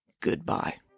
goodbye